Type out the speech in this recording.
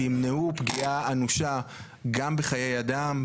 שימנעו פגיעה אנושה גם בחיי אדם,